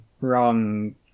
wrong